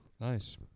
Nice